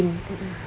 mmhmm